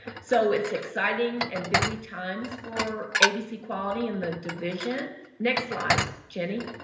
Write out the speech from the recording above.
so it's exciting and busy times for abc quality and the division. next slide, jenny.